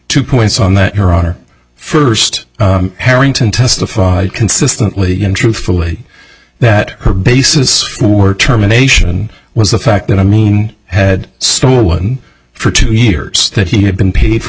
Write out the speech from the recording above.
two points on that your honor first harrington testified consistently and truthfully that her basis for terminations was the fact that i mean had stole one for two years that he had been paid for